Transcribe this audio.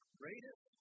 greatest